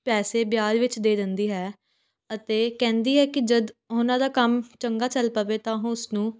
ਪੈਸੇ ਵਿਆਜ ਵਿੱਚ ਦੇ ਦਿੰਦੀ ਹੈ ਅਤੇ ਕਹਿੰਦੀ ਹੈ ਕਿ ਜਦ ਉਨ੍ਹਾਂ ਦਾ ਕੰਮ ਚੰਗਾ ਚੱਲ ਪਵੇ ਤਾਂ ਉਹ ਉਸਨੂੰ